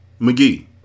McGee